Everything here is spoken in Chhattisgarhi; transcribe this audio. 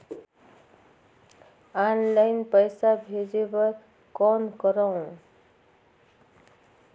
ऑनलाइन पईसा भेजे बर कौन करव?